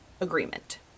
agreement